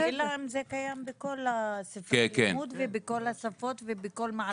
השאלה אם זה קיים בכל ספרי הלימוד ובכל השפות ובכל מערכת החינוך?